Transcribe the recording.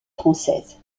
française